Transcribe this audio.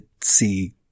see